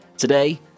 Today